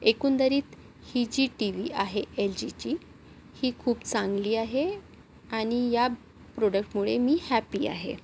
एकंदरीत ही G TV आहे एल जीची ही खूप चांगली आहे आणि या प्रोडक्टमुळे मी हॅप्पी आहे